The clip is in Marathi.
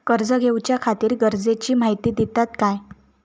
कर्ज घेऊच्याखाती गरजेची माहिती दितात काय?